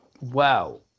wow